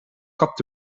kapt